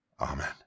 Amen